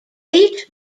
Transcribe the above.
eight